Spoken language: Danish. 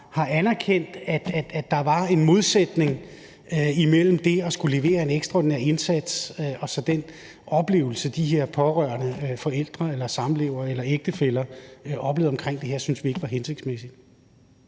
har anerkendt, at der var en modsætning imellem det at skulle levere en ekstraordinær indsats og så den oplevelse, de her pårørende, forældre eller samlevere eller ægtefæller, havde omkring det her, og det syntes vi ikke var hensigtsmæssigt.